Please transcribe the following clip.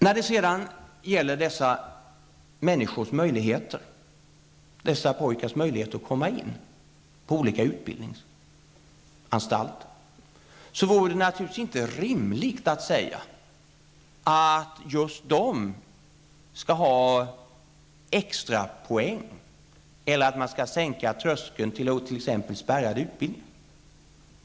När det sedan gäller dessa pojkars möjligheter att komma in på olika utbildningar vill jag säga att det naturligtvis inte vore rimligt att just de skall ha extra poäng, eller att man skulle sänka tröskeln för dem till spärrade utbildningar.